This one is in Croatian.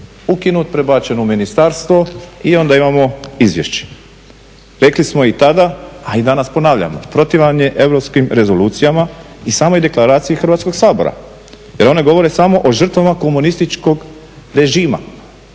ukinut prebačen u ministarstvo i onda imamo izvješće. Rekli smo i tada, a i danas ponavljamo protivan je europskim rezolucijama i samoj deklaraciji Hrvatskog sabora jer one govore samo o žrtvama komunističkog režima